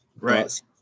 Right